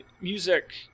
music